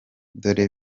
dore